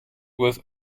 with